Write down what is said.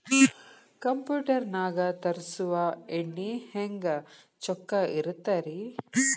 Computer ನಾಗ ತರುಸುವ ಎಣ್ಣಿ ಹೆಂಗ್ ಚೊಕ್ಕ ಇರತ್ತ ರಿ?